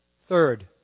Third